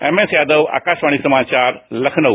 M S Yadav Akashvani समाचार लखनऊ